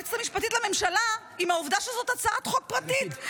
ליועצת המשפטית לממשלה בעיה עם העובדה שזאת הצעת חוק פרטית.